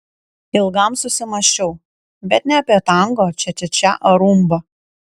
ilgam susimąsčiau bet ne apie tango čia čia čia ar rumbą